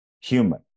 human